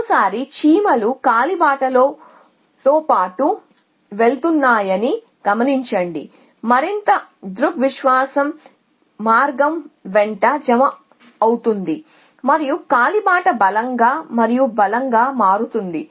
మరోసారి చీమలు కాలిబాటతో పాటు వెళుతున్నాయని గమనించండి మార్గం వెంట జమ అవుతున్నాయని మరియు కాలిబాట బలంగా మారుతుంది